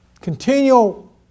continual